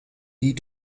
die